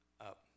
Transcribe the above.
up